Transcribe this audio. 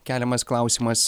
keliamas klausimas